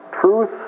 Truth